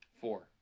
Four